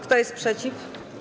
Kto jest przeciw?